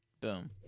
Boom